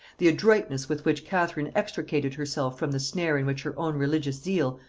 the adroitness with which catherine extricated herself from the snare in which her own religious zeal,